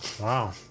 Wow